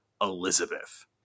Elizabeth